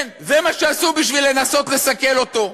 כן, זה מה שעשו בשביל לנסות לסכל אותו,